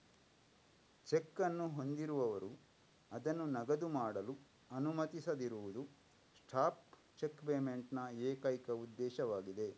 check ಅನ್ನು ಹೊಂದಿರುವವರು ಅದನ್ನು ನಗದು ಮಾಡಲು ಅನುಮತಿಸದಿರುವುದು ಸ್ಟಾಪ್ ಚೆಕ್ ಪೇಮೆಂಟ್ ನ ಏಕೈಕ ಉದ್ದೇಶವಾಗಿದೆ